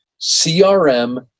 CRM